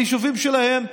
ביישובים שלהם,